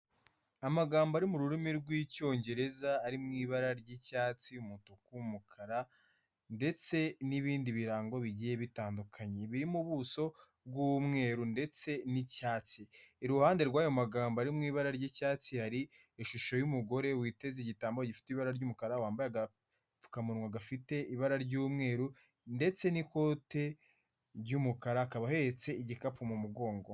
Amagambo ari mu rurimi rw'Icyongereza ari mu ibara ry'icyatsi, umutuku, umukara ndetse n'ibindi birango bigiye bitandukanye birimo ubuso bw'umweru ndetse n'icyatsi, iruhande rw'ayo magambo ari mu ibara ry'icyatsi hari ishusho y'umugore witeze igitambaro gifite ibara ry'umukara wambaye agapfukamunwa gafite ibara ry'umweru ndetse n'ikote ry'umukara, akaba ahetse igikapu mu mugongo.